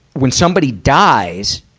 when somebody dies,